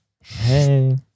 Hey